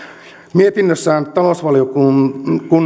mietinnössään talousvaliokunnan